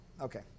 Okay